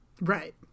Right